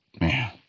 man